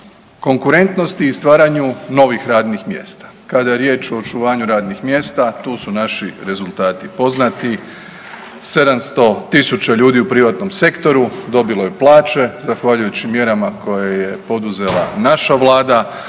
konkurentnosti i stvaranju novih radnih mjesta. Kada je riječ o očuvanju radnih mjesta tu su naši rezultati poznati 700.000 ljudi u privatnom sektoru dobilo je plaće zahvaljujući mjerama koje je poduzela naša Vlada,